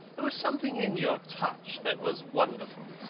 there was something in your touch that was wonderful.